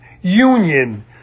union